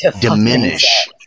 Diminish